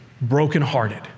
brokenhearted